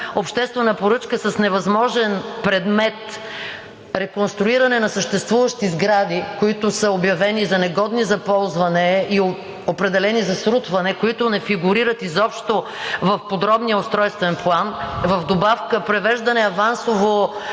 обществена поръчка с невъзможен предмет: реконструиране на съществуващи сгради, които са обявени за негодни за ползване и определени за срутване, които не фигурират изобщо в Подробния устройствен план, в добавка – превеждане авансово